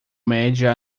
média